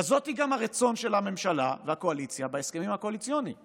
כזה הוא גם הרצון של הממשלה והקואליציה בהסכמים הקואליציוניים